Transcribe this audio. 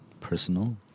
personal